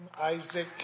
Isaac